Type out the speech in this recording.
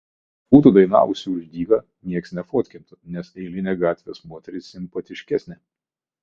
nebūtų dainavusi už dyką nieks nefotkintų nes eilinė gatvės moteris simpatiškesnė